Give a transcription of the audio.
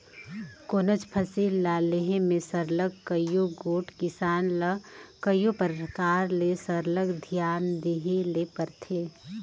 कोनोच फसिल ल लेहे में सरलग कइयो गोट किसान ल कइयो परकार ले सरलग धियान देहे ले परथे